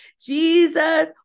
Jesus